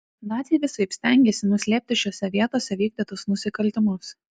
naciai visaip stengėsi nuslėpti šiose vietose vykdytus nusikaltimus